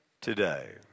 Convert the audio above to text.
today